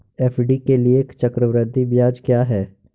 FD के लिए चक्रवृद्धि ब्याज क्या है?